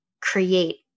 create